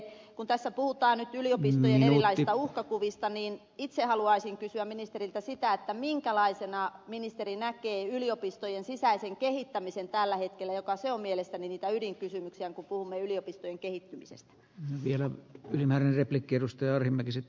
kun tässä puhutaan nyt yliopistojen erilaisista uhkakuvista niin haluaisin kysyä ministeriltä minkälaisena ministeri näkee yliopistojen sisäisen kehittämisen tällä hetkellä joka on mielestäni niitä ydinkysymyksiä kun puhumme yliopistojen kehittymisestä vielä ylimääräisiä kerrosta ja kehittämisestä